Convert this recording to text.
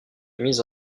mise